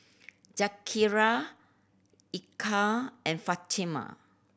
Zakaria Eka and Fatimah